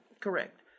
Correct